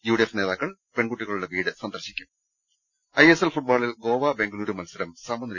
U D F നേതാക്കൾ പെൺകുട്ടികളുടെ വീട് സന്ദർശിക്കും ഐ എസ് എൽ ഫുട്ബോളിൽ ഗോവ ബംഗളുരു മത്സരം സമനില